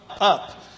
up